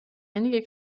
einige